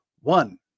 One